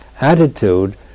attitude